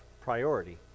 priority